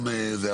אבל,